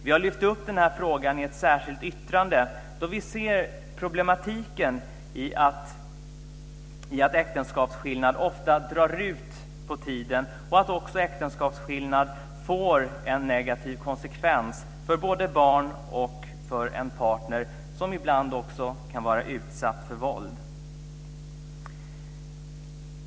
Vi har lyft upp den här frågan i ett särskilt yttrande, då vi ser problematiken i att äktenskapsskillnad ofta drar ut på tiden och ofta får negativa konsekvenser både för barn och för en partner, som ibland också kan vara utsatt för våld.